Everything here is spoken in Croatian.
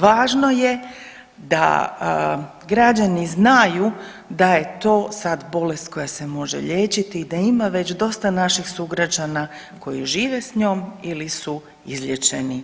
Važno je da građani znaju da je to sad bolest koja se može liječiti i da ima već dosta naših sugrađana koji žive s njom ili su izliječeni